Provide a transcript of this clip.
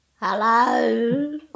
Hello